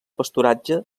pasturatge